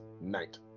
Night